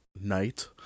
night